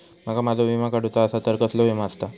माका माझो विमा काडुचो असा तर कसलो विमा आस्ता?